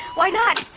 why not?